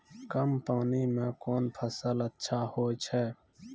कम पानी म कोन फसल अच्छाहोय छै?